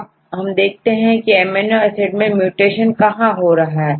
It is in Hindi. अब हम देखते हैं की एमिनो एसिड में म्यूटेशन कहां हो रहा है